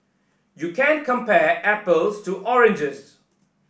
you can't compare apples to oranges